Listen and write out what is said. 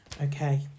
Okay